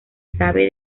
sabe